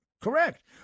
correct